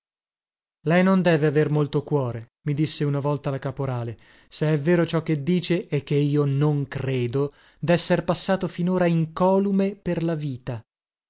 lei non deve aver molto cuore mi disse una volta la caporale se è vero ciò che dice e che io non credo desser passato finora incolume per la vita